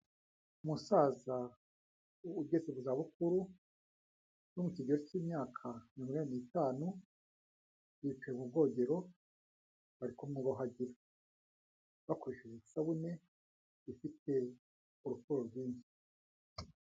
Umusaza ugeze mu zabukuru no mu kigero k'imyaka mirongo inani n'itanu bicaye mu bwogero bari kumwuhagira bakoresheje isabune ifite urupfuro rwinshi.